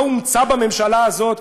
הוא לא הומצא בממשלה הזאת,